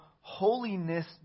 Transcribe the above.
holiness